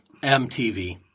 MTV